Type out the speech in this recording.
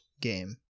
game